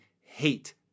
hate